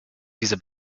dieser